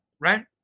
right